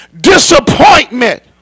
disappointment